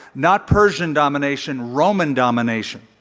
not persian domination, roman domination.